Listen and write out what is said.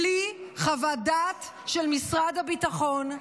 בלי חוות דעת של משרד הביטחון,